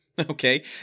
Okay